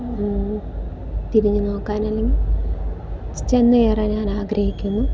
തിരിഞ്ഞു നോക്കാൻ അല്ലെങ്കിൽ ചെന്നുകയറാൻ ഞാൻ ആഗ്രഹിക്കുന്നു